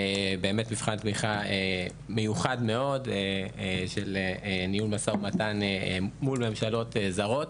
מבחן תמיכה מיוחד מאוד של ניהול משא ומתן מול ממשלות זרות,